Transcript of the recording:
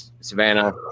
Savannah